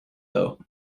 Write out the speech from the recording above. though